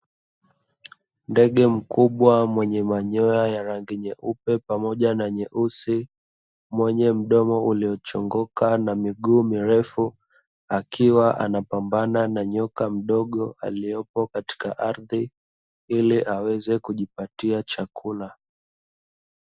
Ndege mkubwa mwenye rangi na manyoya ya rangi nzuri akiwa anapambana na nyoka ardhini ili kujipatia chakula